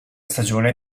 stagione